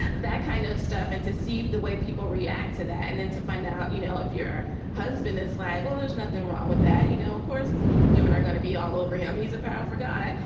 that kind of stuff. and to see the way people react to that and then to find out, you know, if your husband is like, well, there's nothing wrong with that. you know, cause women are gonna be all over him. he's a powerful guy.